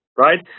right